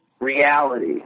Reality